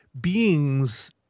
beings